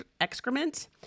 excrement